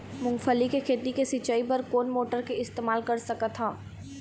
मूंगफली के खेती के सिचाई बर कोन मोटर के इस्तेमाल कर सकत ह?